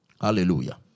Hallelujah